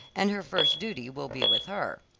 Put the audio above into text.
and her first duty will be with her.